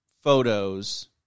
photos